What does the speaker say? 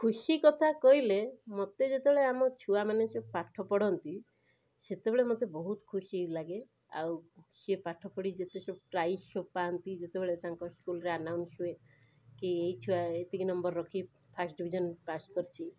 ଖୁସି କଥା କହିଲେ ମୋତେ ଯେତେବେଳେ ଆମ ଛୁଆମାନେ ସେ ପାଠ ପଢ଼ନ୍ତି ସେତେବେଳେ ମୋତେ ବହୁତ ଖୁସି ଲାଗେ ଆଉ ସିଏ ପାଠ ପଢ଼ି ଯେତେ ସବୁ ପ୍ରାଇଜ୍ ସବୁ ପାଆନ୍ତି ଯେତେବେଳେ ତାଙ୍କ ସ୍କୁଲରେ ଆନାଉନ୍ସ ହୁଏ କି ଏଇଛୁଆ ଏତିକି ନମ୍ବର ରଖି ଫାଷ୍ଟ ଡିଭିଜନ୍ ପାସ୍ କରିଛି